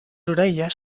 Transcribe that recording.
orelles